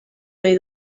nahi